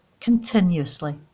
continuously